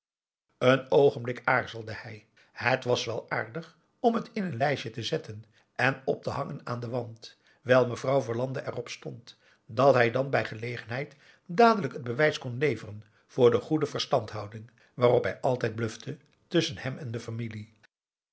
een oogenblik aarzelde hij het was wel aardig om het in een lijstje te zetten en op te hangen aan den wand wijl mevrouw verlande erop stond en hij dan bij gelegenheid dadelijk het bewijs kon leveren voor de goede verstandhouding waarop hij altijd blufte tusschen hem en de familie